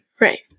Right